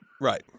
Right